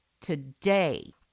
today